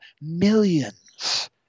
millions